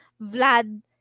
Vlad